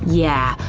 yeah,